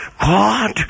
God